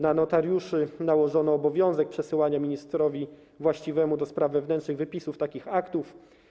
Na notariuszy nałożono obowiązek przesyłania ministrowi właściwemu do spraw wewnętrznych wypisów takich aktów.